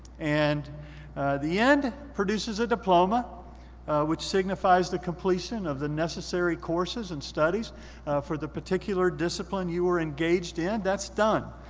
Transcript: and the end produces a diploma which signifies the completion of the necessary courses and studies for the particular discipline you were engaged in. that's done.